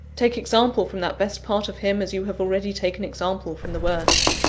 take example from that best part of him, as you have already taken example from the worst.